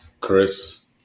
Chris